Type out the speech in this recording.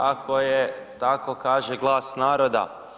Tako je, tako kaže glas naroda.